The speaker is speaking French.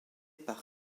par